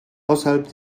außerhalb